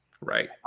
Right